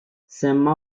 semma